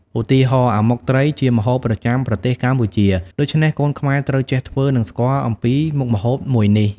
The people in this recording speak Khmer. ឧទាហរណ៍ អាម៉ុកត្រី ជាម្ហូបប្រចាំប្រទេសកម្ពុជា ដូច្នេះកូនខ្មែរត្រូវចេះធ្វើ និងស្គាល់អំពីមុខម្ហូបមួយនេះ។